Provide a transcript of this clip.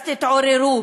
אז תתעוררו.